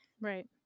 Right